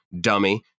dummy